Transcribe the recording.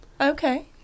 Okay